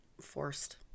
forced